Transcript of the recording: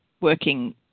working